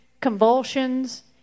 convulsions